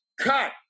cut